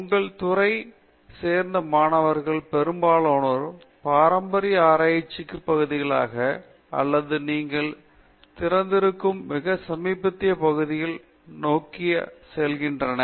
உங்கள் துறையைச் சேர்ந்த மாணவர்களில் பெரும்பான்மையினர் பாரம்பரிய ஆராய்ச்சிக்குரிய பகுதிகள் அல்லது நீங்கள் திறந்திருக்கும் மிகச் சமீபத்திய பகுதிகளை நோக்கிச் செல்கிறார்களா